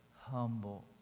humble